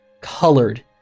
colored